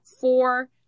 four